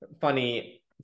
funny